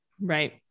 right